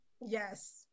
Yes